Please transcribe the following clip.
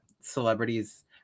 celebrities